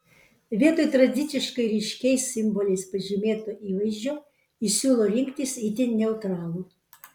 vietoj tradiciškai ryškiais simboliais pažymėto įvaizdžio ji siūlo rinktis itin neutralų